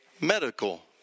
medical